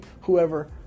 whoever